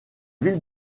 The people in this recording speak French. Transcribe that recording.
ville